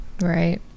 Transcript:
right